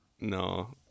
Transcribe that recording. no